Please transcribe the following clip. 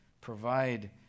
provide